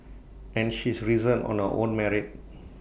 and she's risen on her own merit